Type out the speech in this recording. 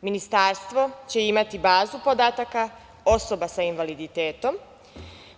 Ministarstvo će imati bazu podataka osoba sa invaliditetom,